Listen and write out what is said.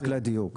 רק לדיוק,